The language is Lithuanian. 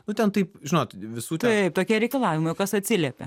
nu ten taip žinoti visų taip tokie reikalavimai o kas atsiliepia